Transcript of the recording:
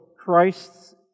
Christ